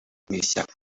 ishyaka